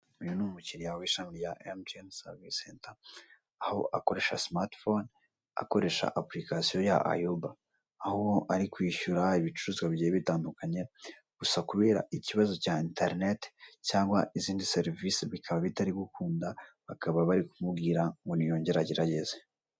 Uyu ni umukiriya wishami rya emutiyene serivise senta aho akoresha simatifone akoresha apurikasiyi ya ayoba aho ari kwishyura ibicuruzwa bigiye bitandukanye. Gusa kubera ikibazo cya interineti cyangwa izindi serivise bikaba bitari gukunda bakaba bari kumubwira ngo niyongere agerageze